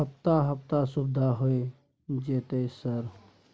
हफ्ता हफ्ता सुविधा होय जयते सर?